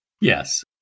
Yes